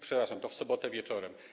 Przepraszam, to w sobotę wieczorem.